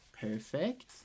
Perfect